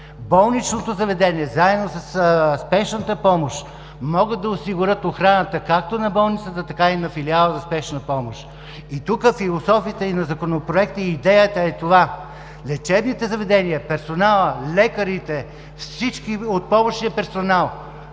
Болничното заведение, заедно със спешната помощ могат да осигурят охраната както на болницата, така и на филиала за спешна помощ. И тук философията и на Законопроекта, идеята е това – лечебните заведения, персоналът, лекарите, всички от помощния персонал,